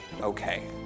okay